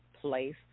place